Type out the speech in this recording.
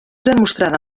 demostrada